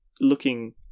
looking